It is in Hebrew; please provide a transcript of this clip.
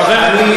חבר הכנסת בר.